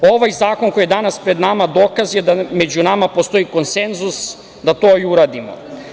Ovaj zakon, koji je danas pred nama, dokaz je da među nama postoji konsenzus da to i uradimo.